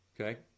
Okay